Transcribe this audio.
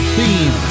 theme